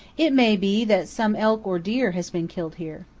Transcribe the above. it may be that some elk or deer has been killed here.